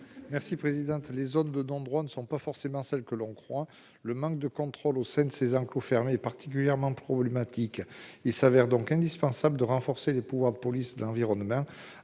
Bernard Buis. Les zones de non-droit ne sont pas forcément celles que l'on croit. Le manque de contrôle au sein de ces enclos fermés est particulièrement problématique. Il se révèle donc indispensable de renforcer les pouvoirs de la police de l'environnement.